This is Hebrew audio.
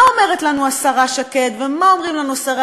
מה אומרת לנו השרה שקד ומה אומרים לנו שרי